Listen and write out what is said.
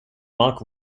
mark